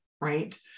right